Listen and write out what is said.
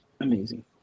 amazing